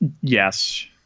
Yes